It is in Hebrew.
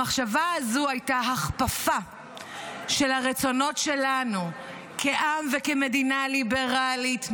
המחשבה הזאת הייתה הכפפה של הרצונות שלנו כעם וכמדינה ליברלית,